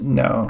no